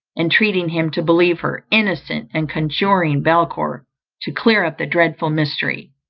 entreating him to believe her innocent, and conjuring belcour to clear up the dreadful mystery.